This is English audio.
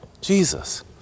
Jesus